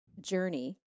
journey